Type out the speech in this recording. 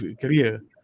career